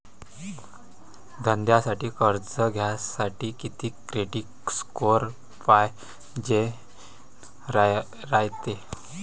धंद्यासाठी कर्ज घ्यासाठी कितीक क्रेडिट स्कोर पायजेन रायते?